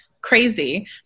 crazy